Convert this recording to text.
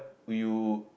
will you